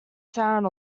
sound